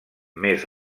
més